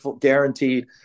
guaranteed